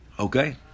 Okay